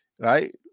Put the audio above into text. Right